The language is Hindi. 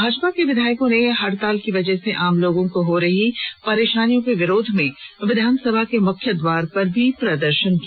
भाजपा के विधायकों ने हड़ताल की वजह से आम लोगों को हो रही परेशानियों के विरोध में विधानसभा के मुख्य द्वार पर भी प्रदर्शन किया